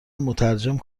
مترجم